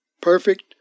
perfect